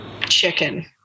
chicken